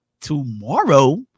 Tomorrow